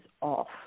off